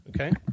Okay